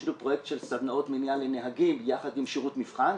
יש לנו פרויקט של סדנאות מניעה לנהגים יחד עם שירות מבחן,